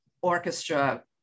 orchestra